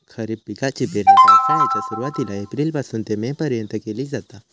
खरीप पिकाची पेरणी पावसाळ्याच्या सुरुवातीला एप्रिल पासून ते मे पर्यंत केली जाता